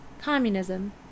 Communism